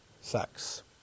sex